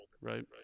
right